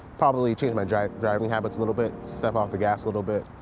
probably change my driving driving habits a little bit. step off the gas a little bit.